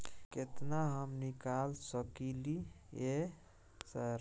केतना हम निकाल सकलियै सर?